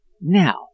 Now